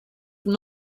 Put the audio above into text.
from